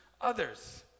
others